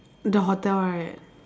the hotel right